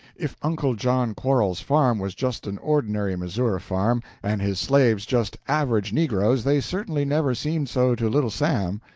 if uncle john quarles's farm was just an ordinary missouri farm, and his slaves just average negroes, they certainly never seemed so to little sam.